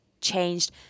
changed